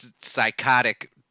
psychotic